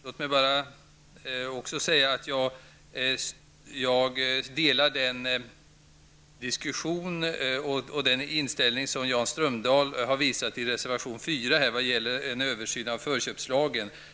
Låt mig också säga att jag delar den inställning som Jan Strömdahl har gett uttryck för i reservation nr 4 vad gäller en översyn av förköpslagen.